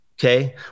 Okay